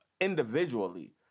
individually